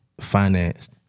financed